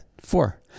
four